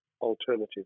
alternative